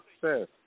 success